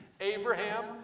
Abraham